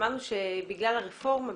שמענו שבגלל הרפורמה,